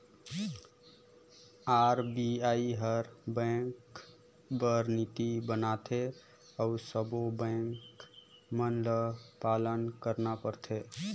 RBI हर bank बर नीति बनाथे अउ सब्बों बेंक मन ल पालन करना परथे